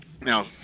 Now